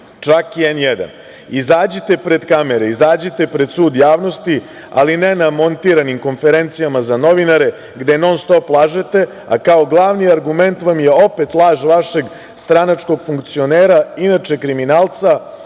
čak N1.Izađite pred kamere, izađite pred sud javnosti, ali ne na montiranim konferencijama za novinare, gde non-stop lažete, a kao glavni argument vam je opet laž vašeg stranačkog funkcionera, inače, kriminalca,